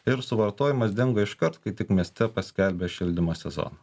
ir suvartojimas dingo iškart kai tik mieste paskelbė šildymo sezoną